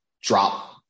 drop